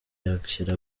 yakira